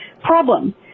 Problem